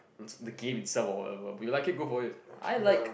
it's the game itself or whatever but you like it go for it I like